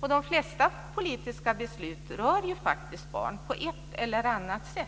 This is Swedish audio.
De flesta politiska beslut rör faktiskt barn på ett eller annat sätt.